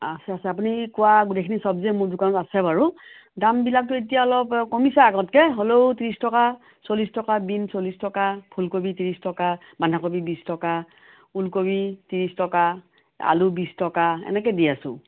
আছে আছে আপুনি কোৱা গোটেইখিনি চবজিয়ে মোৰ দোকানত আছে বাৰু দামবিলাকতো এতিয়া অলপ কমিছে আগতকৈ হ'লেও ত্ৰিছ টকা চল্লিছ টকা বিন চল্লিছ টকা ফুলকবি ত্ৰিছ টকা বান্ধাকবি বিছ টকা উলকবি ত্ৰিছ টকা আলু বিছ টকা এনেকৈ দি আছোঁ